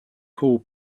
call